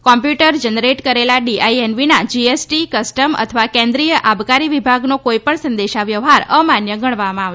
computer generate કરેલા DIN વિના GST custom અથવા કેન્દ્રિય આબકારી વિભાગનો કોઈપણ સંદેશા વ્યવહાર અમાન્ય ગણવામાં આવશે